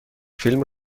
فیلم